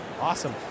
Awesome